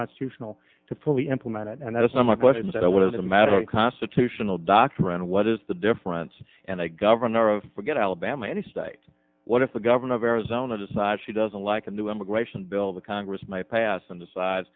constitutional to fully implement it and that is not my question what is a matter of constitutional doctrine what is the difference and the governor of forget alabama any state what if the governor of arizona decides he doesn't like a new immigration bill the congress might pass and decide